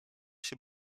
się